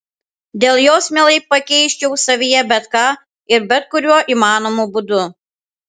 dėl jos mielai pakeisčiau savyje bet ką ir bet kuriuo įmanomu būdu